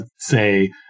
say